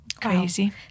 Crazy